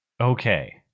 Okay